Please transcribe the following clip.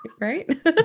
Right